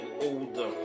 older